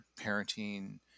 parenting